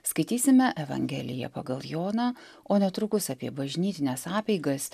skaitysime evangeliją pagal joną o netrukus apie bažnytines apeigas